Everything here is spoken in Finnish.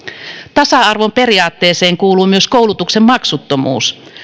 tasa arvon periaatteeseen kuuluu myös koulutuksen maksuttomuus